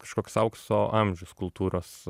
kažkoks aukso amžius kultūros